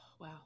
Wow